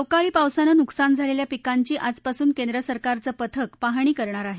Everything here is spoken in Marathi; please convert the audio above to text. अवकाळी पावसानं नुकसान झालेल्या पिकांची आजपासून केंद्र सरकारचं पथक पाहणी करणार आहे